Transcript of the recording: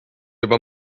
juba